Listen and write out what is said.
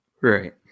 right